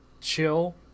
chill